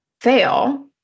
fail